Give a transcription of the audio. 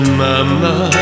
mama